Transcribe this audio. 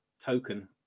token